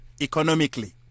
economically